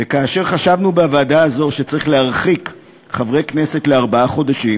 וכאשר חשבנו בוועדה הזאת שצריך להרחיק חברי כנסת לארבעה חודשים,